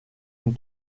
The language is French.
une